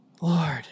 Lord